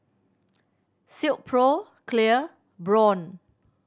Silkpro Clear Braun